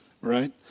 right